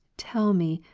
tell me,